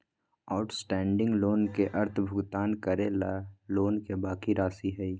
outstanding loan के अर्थ भुगतान करे ला लोन के बाकि राशि हई